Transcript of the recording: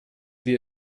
wir